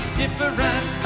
different